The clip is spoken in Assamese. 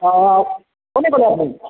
অঁ অঁ কোনে ক'লে